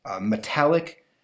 metallic